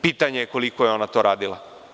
Pitanje je koliko je ona to radila.